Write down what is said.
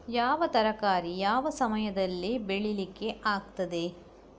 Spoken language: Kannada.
ಯಾವ ತರಕಾರಿ ಯಾವ ಸಮಯದಲ್ಲಿ ಬೆಳಿಲಿಕ್ಕೆ ಆಗ್ತದೆ?